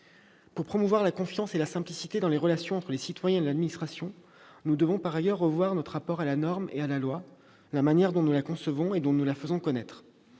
Pour promouvoir la confiance et la simplicité dans les relations entre les citoyens et l'administration, nous devons par ailleurs revoir notre rapport à la norme et à la loi, la manière dont nous la concevons et dont nous la faisons connaître.